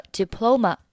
diploma